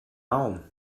baum